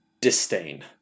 disdain